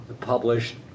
published